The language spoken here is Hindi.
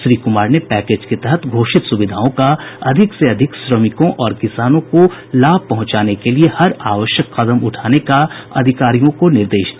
श्री कुमार ने पैकेज के तहत घोषित सुविधाओं का अधिक से अधिक लाभ श्रमिकों और किसानों को पहुंचाने के लिए हर आवश्यक कदम उठाने का अधिकारियों को निर्देश दिया